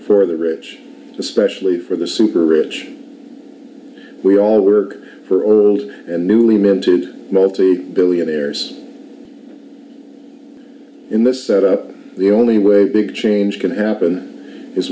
for the rich especially for the super rich we all work for or a newly minted multi billionaires in this set up the only way big change can happen is